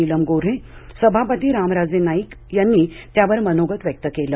नीलम गोऱ्हे सभापती रामराजे नाईक निंबाळकर यांनी त्यावर मनोगत व्यक्त केलं